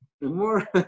more